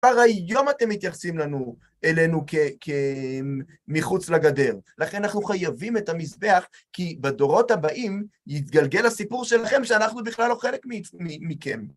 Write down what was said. כבר היום אתם מתייחסים אלינו כמחוץ לגדר, לכן אנחנו חייבים את המזבח כי בדורות הבאים יתגלגל הסיפור שלכם שאנחנו בכלל לא חלק מכם.